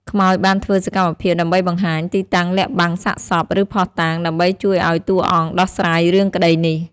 ខ្មោចបានធ្វើសកម្មភាពដើម្បីបង្ហាញទីតាំងលាក់បាំងសាកសព ឬភស្តុតាង ដើម្បីជួយឲ្យតួអង្គដោះស្រាយរឿងក្តីនេះ។